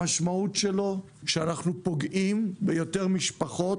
המשמעות שלו היא שאנחנו פוגעים ביותר משפחות